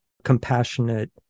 compassionate